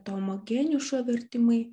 tomo geniušo vertimai